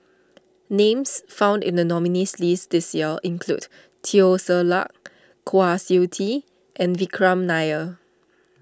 names found in the nominees' list this year include Teo Ser Luck Kwa Siew Tee and Vikram Nair